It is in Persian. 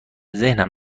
ذهنم